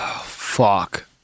Fuck